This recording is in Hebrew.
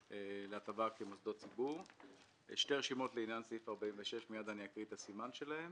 שתי רשימות לעניין סעיף 46 - מיד אני אקריא את הסימן שלהן